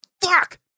fuck